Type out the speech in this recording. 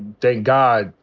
thank god,